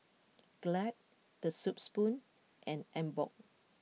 Glad The Soup Spoon and Emborg